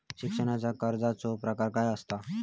शिक्षणाच्या कर्जाचो प्रकार काय आसत?